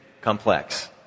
complex